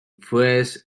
fresh